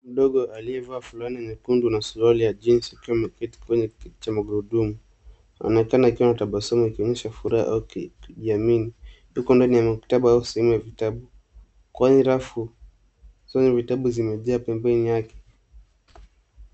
Mdogo aliyevaa fulana nyekundu na suruali ya jinsi akiwa ameketi kwenye kiti cha magurudumu anaonekana akiwa na tabasamu akionyesha furaha au kujiamini. Yuko ndani ya maktaba au sehemu ya vitabu. Kwa hii rafu vitabu zimejaa pembeni yake.